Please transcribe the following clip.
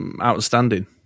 outstanding